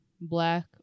black